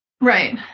right